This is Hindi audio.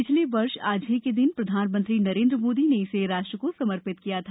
पिछले वर्ष आज ही के दिन प्रधानमंत्री नरेन्द्र मोदी ने इसे राष्ट्र को समर्पित किया था